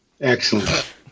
Excellent